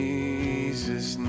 Jesus